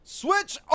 Switch